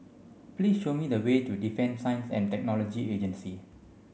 please show me the way to Defence Science and Technology Agency